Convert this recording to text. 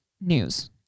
news